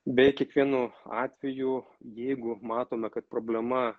bei kiekvienu atveju jeigu matome kad problema